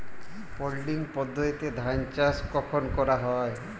Puddling পদ্ধতিতে ধান চাষ কখন করা হয়?